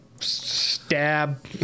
Stab